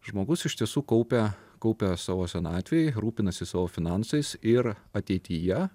žmogus iš tiesų kaupia kaupia savo senatvei rūpinasi savo finansais ir ateityje